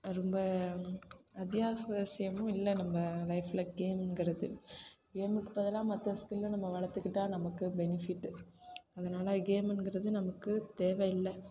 ரொம்ப அத்தியாவசியமும் இல்லை நம்ப லைஃபில் கேமுங்கிறது கேமுக்கு பதிலாக மற்ற ஸ்கில்ல நம்ப வளர்த்துக்கிட்டா நமக்கு பெனிஃபிட் அதனால் கேமுங்கிறது நமக்கு தேவையில்லை